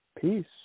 Peace